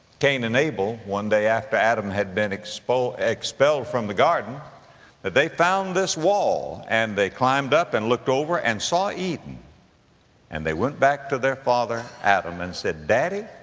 cain and abel one day after adam had been expul, expelled from the garden they found this wall and they climbed up and looked over and saw eden and they went back to their father, adam, and said, daddy,